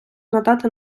надати